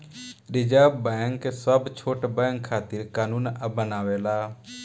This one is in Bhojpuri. रिज़र्व बैंक सब छोट बैंक खातिर कानून बनावेला